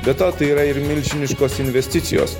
be to tai yra ir milžiniškos investicijos